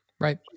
Right